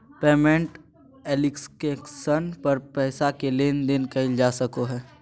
payment application पर पैसा के लेन देन कइल जा सको हइ